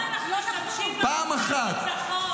למה אנחנו משתמשים במושג ניצחון?